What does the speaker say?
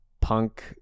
punk